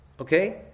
Okay